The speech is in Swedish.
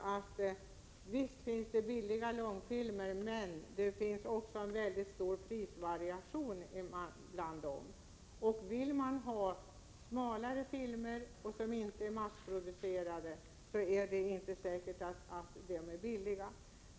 Visst finns det billiga långfilmer, men det förekommer också en mycket stor prisvariation. Vill man ha ”smalare” filmer och filmer som inte är så att säga massproducerade, är det inte säkert att dessa är billiga.